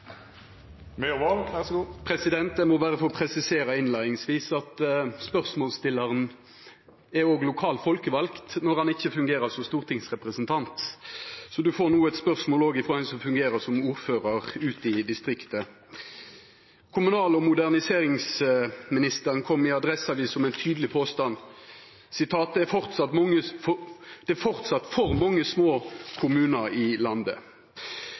når han ikkje fungerer som stortingsrepresentant. Så statsråden får no eit spørsmål frå ein som også fungerer som ordførar ute i distriktet. Kommunal- og moderniseringsministeren kom i Adresseavisen med ein tydelig påstand: «Det er fortsatt for mange små kommuner.» Då er spørsmålet: «Tvangsreformeringa av kommunane i dette landet